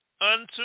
unto